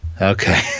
Okay